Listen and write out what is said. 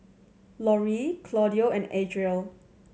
Laurie Claudio and Adriel